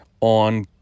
on